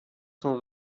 cent